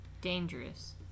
Dangerous